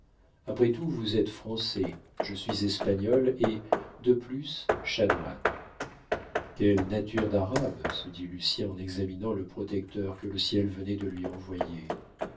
après tout vous êtes français je suis espagnol et de plus chanoine quelle nature d'arabe se dit lucien en examinant le protecteur que le ciel venait de lui envoyer